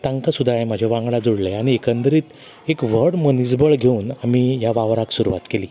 तांकां सुद्दां म्हाज्या वांगडा आनी एकंदरीत एक व्हड म्हूण मनीस बळ घेवून आनी ह्या वावराक सुरवात केलीं